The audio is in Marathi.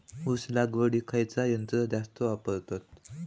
ऊस लावडीक खयचा यंत्र जास्त वापरतत?